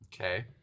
Okay